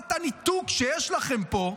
רמת הניתוק שיש לכם פה,